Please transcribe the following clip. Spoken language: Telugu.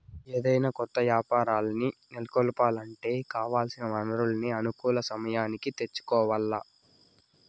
ఏదైనా కొత్త యాపారాల్ని నెలకొలపాలంటే కావాల్సిన వనరుల్ని అనుకున్న సమయానికి తెచ్చుకోవాల్ల